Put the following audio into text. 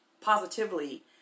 positively